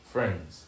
Friends